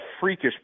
freakish